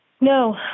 No